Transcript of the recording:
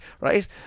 right